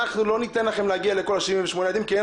אנחנו לא ניתן לכם להגיע לכל ה-78 ילדים כי אין